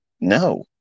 No